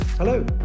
Hello